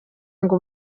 ngo